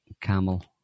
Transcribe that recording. Camel